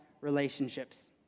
relationships